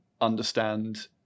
understand